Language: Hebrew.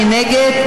מי נגד?